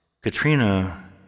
Katrina